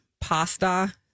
pasta